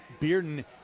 Bearden